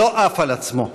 לא עף על עצמו.